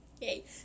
Yay